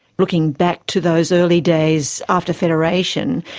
looking back to those early days after federation,